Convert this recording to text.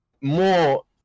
more